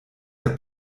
der